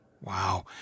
Wow